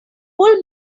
pull